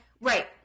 Right